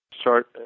start